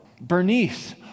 Bernice